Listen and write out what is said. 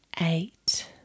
Eight